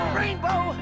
rainbow